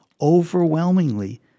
overwhelmingly